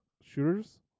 shooters